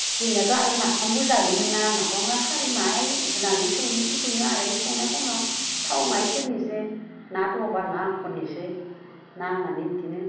जोंनियाथ' आरो नाफामबो जायोमोन ना नाफामआव खारै माहाय होनानै संनोसै संनायाव आरो ओइ संनाय खमायाव थाव माहाय सेरनोसै ना दङब्ला ना होख'नोसै ना होनानै बिदिनो